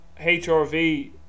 HRV